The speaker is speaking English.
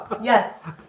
Yes